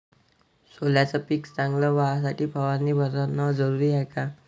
सोल्याचं पिक चांगलं व्हासाठी फवारणी भरनं जरुरी हाये का?